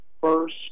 first